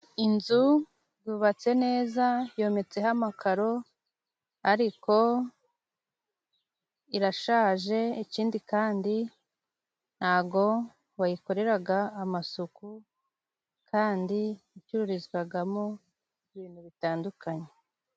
Inzu yubatse neza yometseho amakaro, ariko irashaje. Ikindi kandi ntago bayikoreraga amasuku kandi icururizwagamo ibintu bitandukanye.